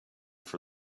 for